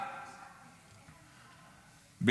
למה?